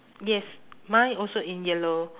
yes mine also in yellow